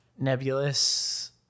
nebulous